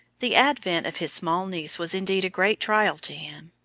the advent of his small niece was indeed a great trial to him,